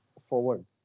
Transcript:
forward